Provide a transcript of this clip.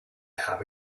have